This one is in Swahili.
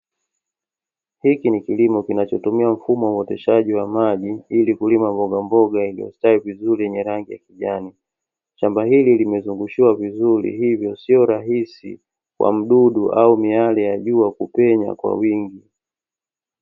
Hiki ni kilimo kinachotumia mfumo wa uoteshaji wa maji, ili kulima mbogamboga iliyostawi vizuri, yenye rangi ya kijani. Shamba hili limezungushiwa vizuri, hivyo sio rahisi kwa mdudu au miale ya jua kupenya kwa wingi.